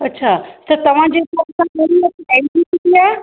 अछा त तव्हांजे हिसाबु सां कहिड़ी एलजी सुठी आहे